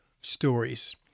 stories